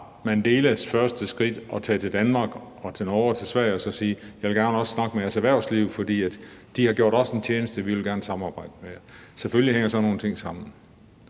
Mandelas første skridt at tage til Danmark, Norge og Sverige og sige: Jeg vil også gerne snakke med jeres erhvervsliv, for de har gjort os en tjeneste, og vi vil gerne samarbejde med dem. Selvfølgelig hænger sådan nogle ting sammen.